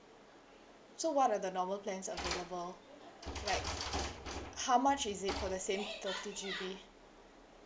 so what are the normal plans available like how much is it for the same thirty G_B